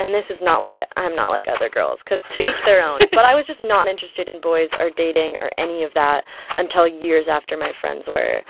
and this is not like a, i'm not like other girls, because to each their own but i was just not interested in boys or dating or any of that until years after my friends were.